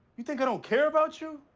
you think i don't care about you?